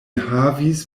havis